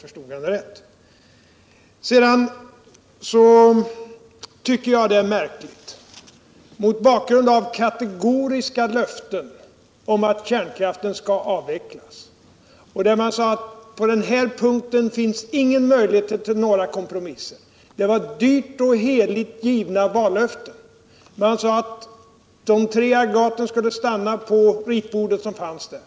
Centern har avgivit kategoriska löften om att kärnkraften skall avvecklas. Man sade att det inte fanns nägra möjligheter till kompromisser på den punkten. Det var dyrt och heligt avgivna vallöften. Man sade att de tre aggregat som fanns på ritbordet skulle stanna där.